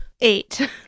Eight